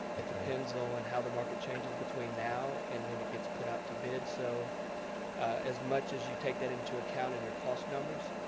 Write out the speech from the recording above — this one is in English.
it depends on how the market changes between now and when it gets put out to bid, so as much as you take that into account and your cost numbers,